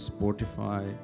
Spotify